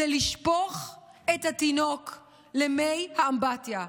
זה לשפוך את התינוק עם מי האמבטיה.